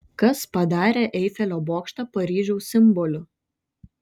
kas padarė eifelio bokštą paryžiaus simboliu